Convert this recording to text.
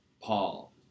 Paul